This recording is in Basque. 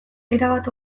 erabat